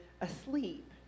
asleep